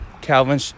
Calvin